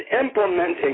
implementing